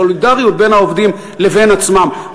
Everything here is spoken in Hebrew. הסולידריות בין העובדים לבין עצמם,